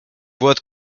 boîte